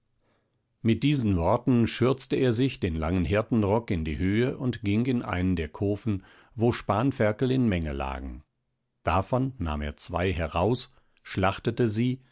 mit diesen worten schürzte er sich den langen hirtenrock in die höhe und ging in einen der kofen wo spanferkel in menge lagen davon nahm er zwei heraus schlachtete sie